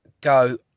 go